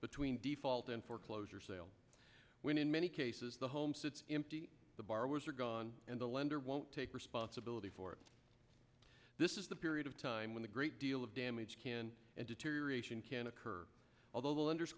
between default and foreclosure sale when in many cases the home sits empty the borrowers are gone and the lender won't take responsibility for it this is the period of time when a great deal of damage can and deterioration can occur although the lenders